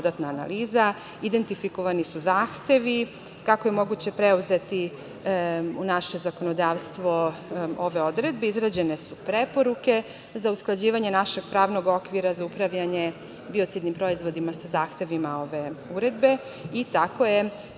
dodatna analiza, identifikovani su zahtevi, kako je moguće preuzeti u naše zakonodavstvo ove odredbe, izrađene su preporuke za usklađivanje našeg pravnog okvira za upravljanje biocidnim proizvodima sa zahtevima ove uredbe i tako je novi,